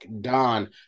Don